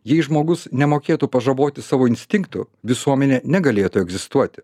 jei žmogus nemokėtų pažaboti savo instinktų visuomenė negalėtų egzistuoti